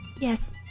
Yes